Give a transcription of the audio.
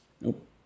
Nope